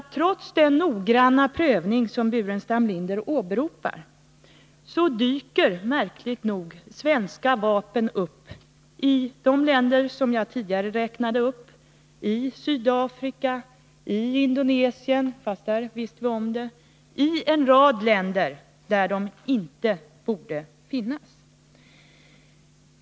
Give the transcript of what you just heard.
Trots den noggranna prövning som Staffan Burenstam Linder åberopar dyker märkligt nog svenska vapen upp i en rad länder jag tidigare räknat upp, bl.a. " Sydafrika och Indonesien — men det senare visste vi om — där de inte borde finnas.